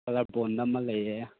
colour bond ꯑꯃ ꯂꯩꯌꯦ